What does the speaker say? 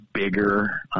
bigger